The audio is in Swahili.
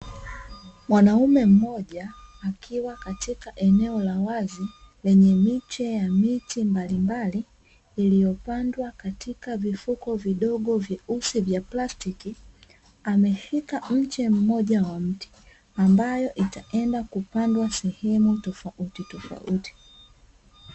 Mwanaume mmoja akiwa katika eneo la wazi lenye miche ya miti mbalimbali iliyopandwa katika vifuko vidogo vyeusi vya plastiki, ameshika mche mmoja wa mti ambayo itaenda kupandwa sehemu tofautitofauti